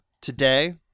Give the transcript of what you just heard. today